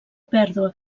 pèrdua